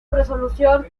resolución